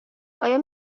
آیا